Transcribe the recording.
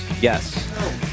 Yes